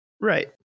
Right